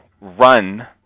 run